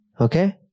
Okay